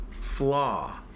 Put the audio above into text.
flaw